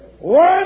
One